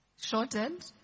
shortened